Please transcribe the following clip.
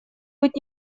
быть